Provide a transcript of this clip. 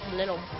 little